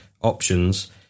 options